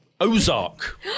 Ozark